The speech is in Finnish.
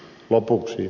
lopuksi